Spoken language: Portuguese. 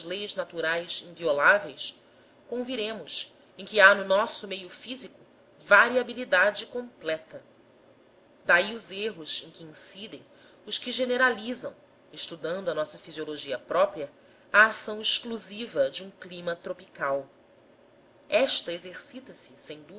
naturais invioláveis conviremos em que há no nosso meio físico variabilidade completa daí os erros em que incidem os que generalizam estudando a nossa fisiologia própria a ação exclusiva de um clima tropical esta exercita se sem